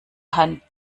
hand